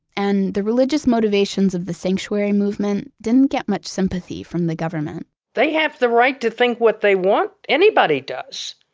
and the religious motivations of the sanctuary movement didn't get much sympathy from the government they have the right to think what they want. anybody does.